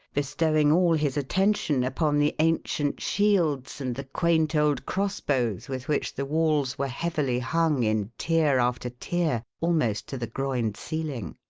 bestowing all his attention upon the ancient shields and the quaint old cross-bows with which the walls were heavily hung in tier after tier almost to the groined ceiling.